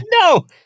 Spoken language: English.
No